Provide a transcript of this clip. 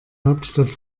hauptstadt